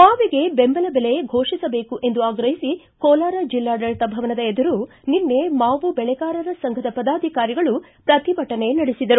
ಮಾವಿಗೆ ದೆಂಬಲ ದೆಲೆ ಫೋಷಿಸಬೇಕು ಎಂದು ಆಗ್ರಹಿಸಿ ಕೋಲಾರ ಜಿಲ್ಲಾಡಳಿತ ಭವನದ ಎದುರು ನಿನ್ನೆ ಮಾವು ಬೆಳೆಗಾರರ ಸಂಘದ ಪದಾಧಿಕಾರಿಗಳು ಪ್ರತಿಭಟನೆ ನಡೆಸಿದರು